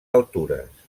altures